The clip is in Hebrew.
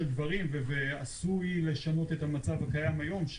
דברים ועשוי לשנות את המצב הקיים היום,